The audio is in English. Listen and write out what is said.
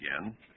again